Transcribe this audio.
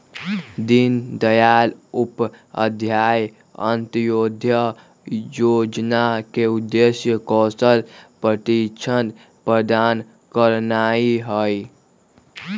दीनदयाल उपाध्याय अंत्योदय जोजना के उद्देश्य कौशल प्रशिक्षण प्रदान करनाइ हइ